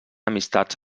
amistats